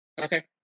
Okay